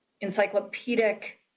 encyclopedic